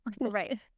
Right